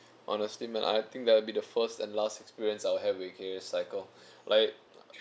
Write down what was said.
honestly man I think that will be the first and last experience I'll have with K_H cycle like